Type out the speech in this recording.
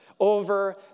Over